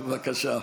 בבקשה.